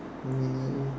really